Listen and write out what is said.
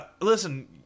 listen